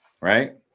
right